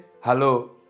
Hello